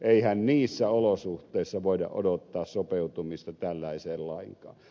eihän niissä olosuhteissa voida odottaa sopeutumista tällaiseen lainkaan